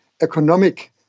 economic